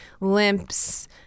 limps